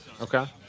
Okay